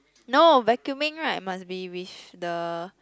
no vacuuming right must be with the